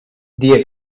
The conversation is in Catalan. dia